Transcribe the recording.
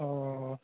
অঁ